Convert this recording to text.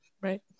right